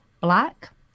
black